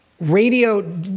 radio